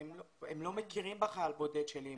הם לא מכירים במעמד חייל בודד שלי,